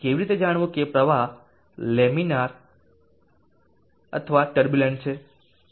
કેવી રીતે જાણવું કે પ્રવાહ લેમિનર અથવા ટર્બુલન્ટ છે